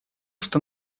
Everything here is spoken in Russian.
что